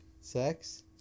Sex